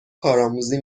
کارآموزی